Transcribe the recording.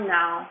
now